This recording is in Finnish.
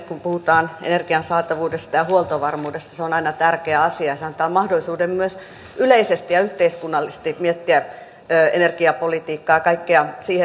kun puhutaan energian saatavuudesta ja huoltovarmuudesta se on aina tärkeä asia ja se antaa mahdollisuuden myös yleisesti ja yhteiskunnallisesti miettiä energiapolitiikkaa ja kaikkea siihen liittyvää